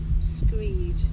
Screed